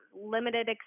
limited